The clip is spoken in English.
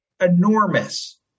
enormous